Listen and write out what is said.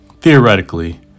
theoretically